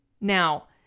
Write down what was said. Now